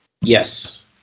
Yes